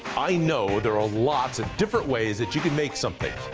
i know there are lots of different ways, that you can make something.